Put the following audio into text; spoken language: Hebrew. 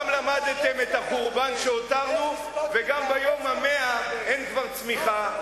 גם למדתם את החורבן שהותרנו וגם ביום ה-100 עוד אין צמיחה,